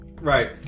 Right